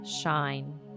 Shine